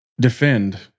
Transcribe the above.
defend